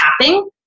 tapping